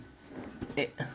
eh